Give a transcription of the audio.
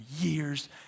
years